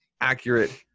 accurate